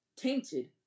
tainted